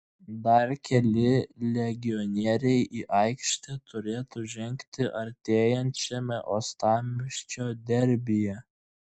dar keli legionieriai į aikštę turėtų žengti artėjančiame uostamiesčio derbyje